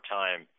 time